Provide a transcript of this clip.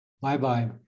Bye-bye